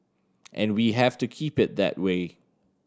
and we have to keep it that way